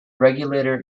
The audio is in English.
regulator